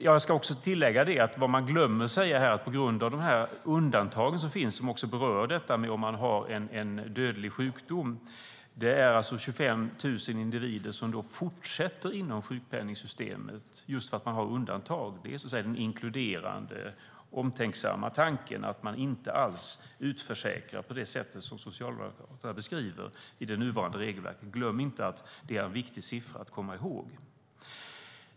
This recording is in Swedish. Jag ska också tillägga att man glömmer att säga när det gäller de här undantagen som finns, som också berör detta med om man har en dödlig sjukdom, att 25 000 individer fortsätter inom sjukpenningssystemet. Så är det just för att man har undantag. Det är den inkluderande, omtänksamma tanken att man inte alls utförsäkrar i det nuvarande regelverket på det sätt som Socialdemokraterna beskriver. Det är en viktig siffra att komma ihåg.